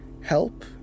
help